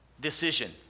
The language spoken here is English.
decision